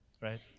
right